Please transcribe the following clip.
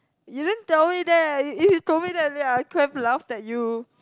you didn't tell me that if you told me that earlier I could've laughed at you